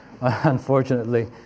unfortunately